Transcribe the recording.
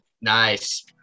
Nice